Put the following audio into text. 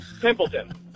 Pimpleton